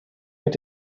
mit